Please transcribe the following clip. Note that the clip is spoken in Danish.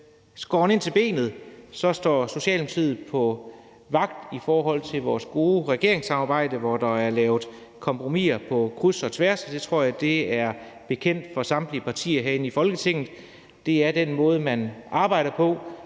skåret ind til benet står Socialdemokratiet vagt om vores gode regeringsarbejde, hvor der er lavet kompromiser på kryds og tværs. Jeg tror, det er bekendt for samtlige partier herinde i Folketinget, at det er den måde, man arbejder på,